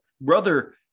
brother